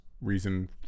reason